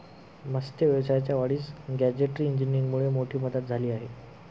मत्स्य व्यवसायाच्या वाढीस गॅजेटरी इंजिनीअरिंगमुळे मोठी मदत झाली आहे